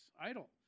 idle